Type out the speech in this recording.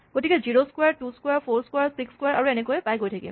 গতিকে zero ক্সোৱাৰ two ক্সোৱাৰ four ক্সোৱাৰ six ক্সোৱাৰ আৰু এনেকৈয়ে পায় গৈ থাকিম